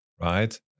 Right